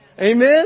Amen